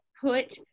put